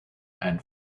and